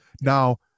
Now